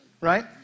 right